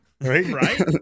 right